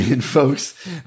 folks